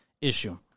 issue